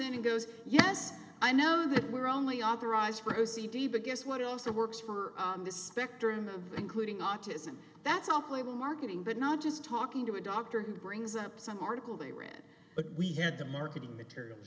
and goes yes i know that we're only authorized rosie dba guess what also works for the specter and the including autism that's all playboy marketing but not just talking to a doctor who brings up some article they read but we had the marketing materials